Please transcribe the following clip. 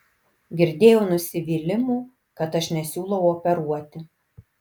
girdėjau nusivylimų kad aš nesiūlau operuoti